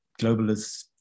globalist